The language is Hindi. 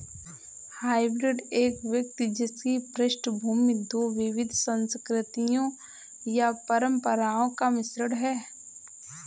हाइब्रिड एक व्यक्ति जिसकी पृष्ठभूमि दो विविध संस्कृतियों या परंपराओं का मिश्रण है